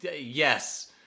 Yes